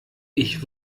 ich